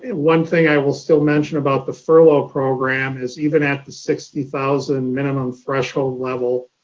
and one thing i will still mention about the furlough program is even at the sixty thousand minimum threshold level,